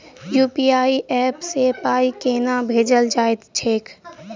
UPI app सँ पाई केना भेजल जाइत छैक?